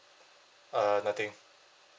uh nothing